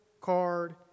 card